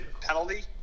penalty